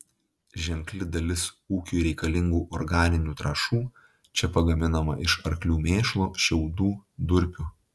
ženkli dalis ūkiui reikalingų organinių trąšų čia pagaminama iš arklių mėšlo šiaudų durpių